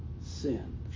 sin